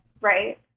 right